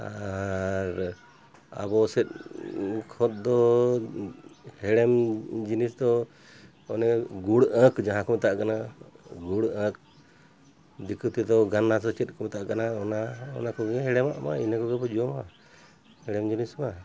ᱟᱨ ᱟᱵᱚ ᱥᱮᱫ ᱠᱷᱚᱱ ᱫᱚ ᱦᱮᱲᱮᱢ ᱡᱤᱱᱤᱥ ᱫᱚ ᱚᱱᱮ ᱜᱩᱲ ᱟᱸᱠ ᱡᱟᱦᱟᱸ ᱠᱚ ᱢᱮᱛᱟᱜ ᱠᱟᱱᱟ ᱜᱩᱲ ᱟᱸᱠ ᱫᱤᱠᱩ ᱛᱮᱫᱚ ᱜᱟᱱᱱᱟ ᱫᱚ ᱪᱮᱫ ᱠᱚ ᱢᱮᱛᱟᱜ ᱠᱟᱱᱟ ᱚᱱᱟ ᱚᱱᱟ ᱠᱚᱜᱮ ᱦᱮᱲᱮᱢᱟᱜ ᱢᱟ ᱤᱱᱟᱹ ᱠᱚᱜᱮ ᱠᱚ ᱡᱚᱢᱟ ᱦᱮᱲᱮᱢ ᱡᱤᱱᱤᱥ ᱢᱟ